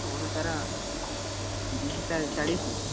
କ'ଣ ତା'ର ତିରିଶିଟା ଚାଳିଶି